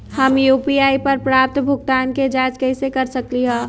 हम यू.पी.आई पर प्राप्त भुगतान के जाँच कैसे कर सकली ह?